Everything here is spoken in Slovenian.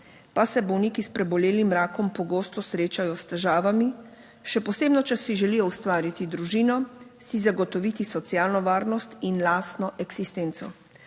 pa se bolniki s prebolelim rakom pogosto srečajo s težavami, še posebno, če si želijo ustvariti družino, si zagotoviti socialno varnost in lastno eksistenco.